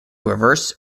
reverse